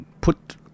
put